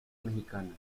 mexicana